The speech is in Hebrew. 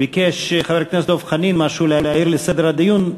ביקש חבר הכנסת דב חנין להעיר משהו לסדר הדיון.